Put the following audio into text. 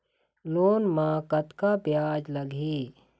Loan म कतका ब्याज लगही?